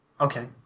Okay